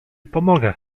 pomogę